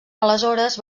aleshores